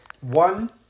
one